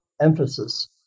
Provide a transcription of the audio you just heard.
emphasis